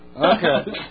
Okay